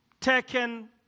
taken